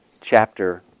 chapter